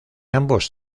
ambos